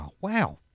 Wow